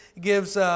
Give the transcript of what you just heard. gives